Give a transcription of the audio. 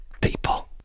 people